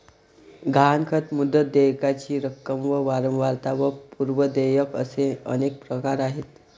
गहाणखत, मुदत, देयकाची रक्कम व वारंवारता व पूर्व देयक असे अनेक प्रकार आहेत